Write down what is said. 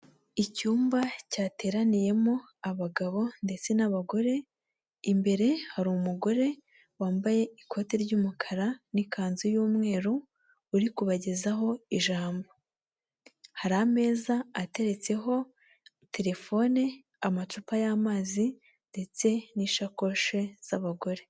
Icyumba cyateraniyemo abagabo ndetse n'abagore. Imbere hari umugore wambaye ikoti ry'umukara n'ikanzu y'umweru, uri kubagezaho ijambo. Hari ameza ateretseho telefone, amacupa y'amazi ndetse n'ishakoshi z'abagore.